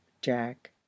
jack